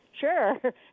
Sure